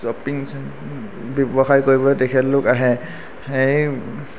shopping ব্যৱসায় কৰিবলৈ তেখেতলোক আহে সেই